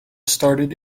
started